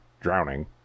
drowning